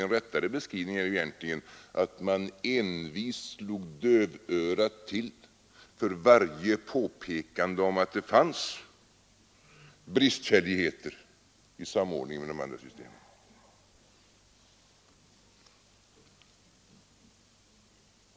En riktigare beskrivning är att man envist slog dövörat till för varje påpekande om att det fanns bristfälligheter i samordningen med de andra systemen.